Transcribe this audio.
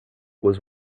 was